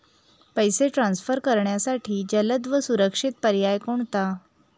पैसे ट्रान्सफर करण्यासाठी जलद व सुरक्षित पर्याय कोणता?